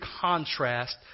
contrast